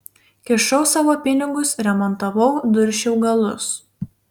kišau savo pinigus remontavau dursčiau galus